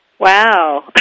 Wow